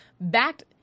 backed